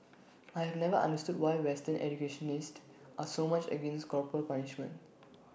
I have never understood why western educationists are so much against corporal punishment